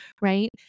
right